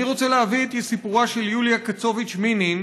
אני רוצה להביא את סיפורה של יוליה קצוביץ מינין,